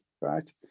right